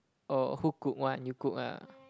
or who cook one you cook ah